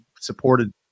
supported